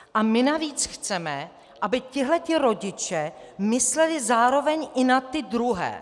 A my navíc chceme, aby tihle rodiče mysleli zároveň i na ty druhé.